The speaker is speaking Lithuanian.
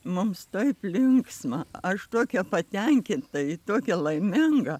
mums taip linksma aš tokia patenkinta ir tokia laiminga